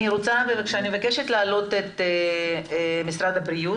אני מבקשת להעלות את משרד הבריאות,